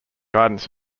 guidance